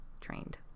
trained